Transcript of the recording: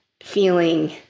feeling